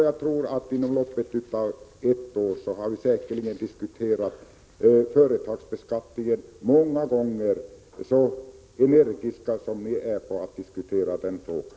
Jag tror att vi inom loppet av ett år säkerligen har diskuterat företagsbeskattningen många gånger, så energiska som ni är när det gäller att diskutera den frågan.